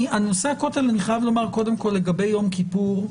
אני חייב לומר קודם כל לגבי יום כיפור,